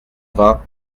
vingt